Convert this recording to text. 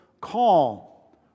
call